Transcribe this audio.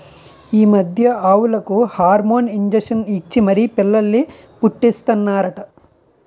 ఈ మధ్య ఆవులకు హార్మోన్ ఇంజషన్ ఇచ్చి మరీ పిల్లల్ని పుట్టీస్తన్నారట